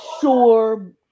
sure